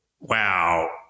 wow